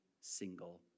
single